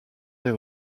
des